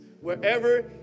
Wherever